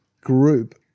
group